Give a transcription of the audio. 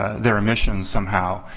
their emissions somehow.